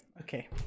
okay